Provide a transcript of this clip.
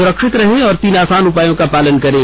सुरक्षित रहें और तीन आसान उपायों का पालन करें